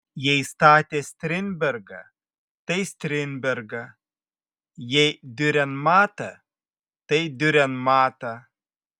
jei statė strindbergą tai strindbergą jei diurenmatą tai diurenmatą